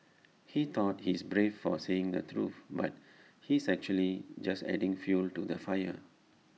he thought he's brave for saying the truth but he's actually just adding fuel to the fire